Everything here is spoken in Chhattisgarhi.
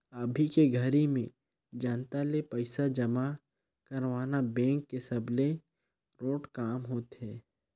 अभी के घरी में जनता ले पइसा जमा करवाना बेंक के सबले रोंट काम होथे